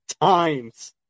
times